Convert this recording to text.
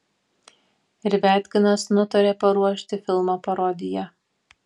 ir viatkinas nutarė paruošti filmo parodiją